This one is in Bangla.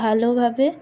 ভালোভাবে